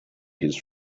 his